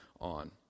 on